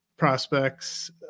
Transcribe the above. Prospects